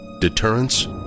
deterrence